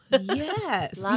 Yes